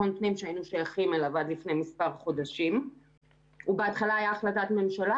פנים שעד לפני מספר חודשים היינו שייכים אליו.